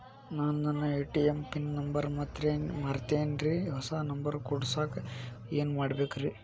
ನಾನು ನನ್ನ ATM PIN number ಮರ್ತೇನ್ರಿ, ಹೊಸಾ ನಂಬರ್ ಕುಡಸಾಕ್ ಏನ್ ಮಾಡ್ಬೇಕ್ರಿ?